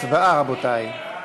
הצבעה, רבותי.